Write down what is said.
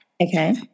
Okay